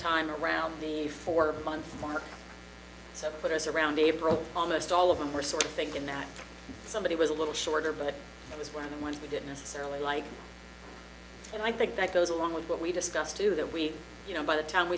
sometime around the four month mark so put us around april almost all of them were sort of thinking that somebody was a little shorter but it was one of the ones they didn't necessarily like and i think that goes along with what we discussed too that we you know by the time we